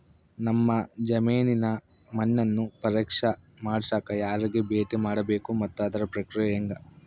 ನಮ್ಮ ಜಮೇನಿನ ಮಣ್ಣನ್ನು ಪರೇಕ್ಷೆ ಮಾಡ್ಸಕ ಯಾರಿಗೆ ಭೇಟಿ ಮಾಡಬೇಕು ಮತ್ತು ಅದರ ಪ್ರಕ್ರಿಯೆ ಹೆಂಗೆ?